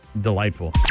delightful